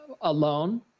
alone